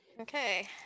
Okay